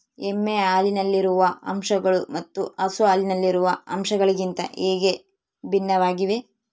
ಎಮ್ಮೆ ಹಾಲಿನಲ್ಲಿರುವ ಅಂಶಗಳು ಮತ್ತು ಹಸು ಹಾಲಿನಲ್ಲಿರುವ ಅಂಶಗಳಿಗಿಂತ ಹೇಗೆ ಭಿನ್ನವಾಗಿವೆ?